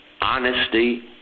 honesty